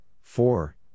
four